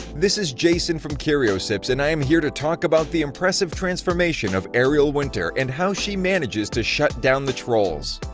this is jason from curiosips and i am here to talk about the impressive transformation of ariel winter and how she manages to shut down the trolls!